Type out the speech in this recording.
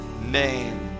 name